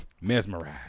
mesmerized